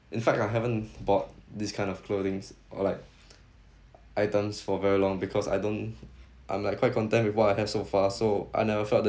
in fact I haven't bought this kind of clothings or like items for very long because I don't I'm like quite content with what I have so far so I never felt